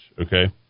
okay